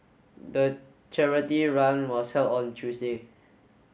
the charity run was held on Tuesday